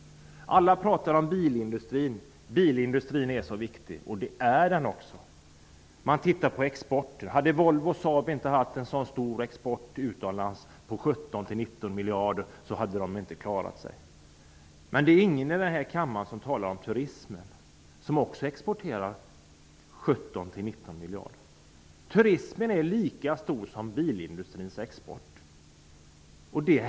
Alla talar om att bilindustrin är så viktig, och det är den också. Om Volvo och Saab inte hade haft en så stor export, uppgående till 17--19 miljarder kronor, hade de företagen inte klarat sig. Men ingen här i kammaren talar om turismen, som också drar in 17--19 miljarder. Turismen är lika stor som bilindustrins export.